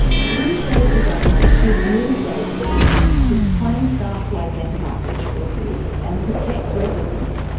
he says the government should use those figures to train staff to identify sexual abuse and protect residents.